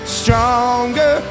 stronger